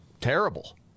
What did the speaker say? terrible